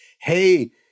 hey